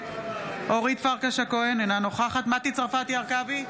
אורית פרקש הכהן, אינה נוכחת מטי צרפתי הרכבי,